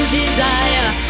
desire